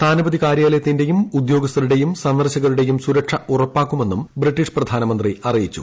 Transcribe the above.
സ്ഥാനപതി കാര്യാലയത്തിന്റെയും ഉദ്യോഗസ്ഥരുടെയും സന്ദർശകരുടെയും സുരക്ഷ ഉറപ്പാക്കുമെന്നും ബ്രിട്ടീഷ് പ്രധാനമന്ത്രി അറിയിച്ചു